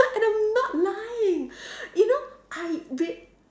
and I'm not lying you know I v~